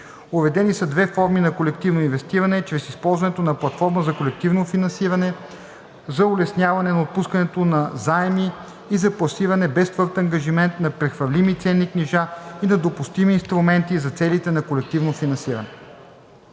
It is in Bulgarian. Уредени са две форми на колективно инвестиране чрез използването на платформа за колективно финансиране – за улесняване на отпускането на заеми и за пласиране без твърд ангажимент на прехвърлими ценни книжа и на допустими инструменти за целите на колективно финансиране.